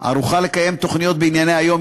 ערוכה לקיים תוכניות בענייני היום,